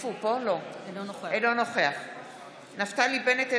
אינו נוכח נפתלי בנט,